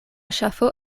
ŝafo